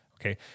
Okay